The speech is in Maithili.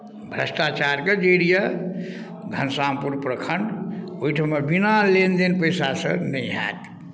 भ्रष्टाचारके जड़ि यए घनश्यामपुर प्रखंड ओहिठिमा बिना लेन देन पैसा से नहि हैत